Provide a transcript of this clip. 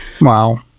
Wow